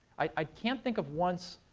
i can't think of once